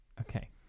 Okay